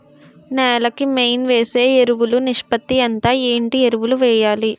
నేల కి మెయిన్ వేసే ఎరువులు నిష్పత్తి ఎంత? ఏంటి ఎరువుల వేయాలి?